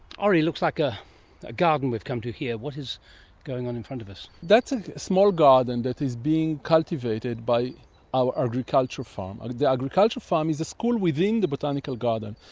ori, it looks like a ah garden we've come to here. what is going on in front of us? that's a small garden that is being cultivated by our agricultural farm. the agricultural farm is a school within the botanical garden,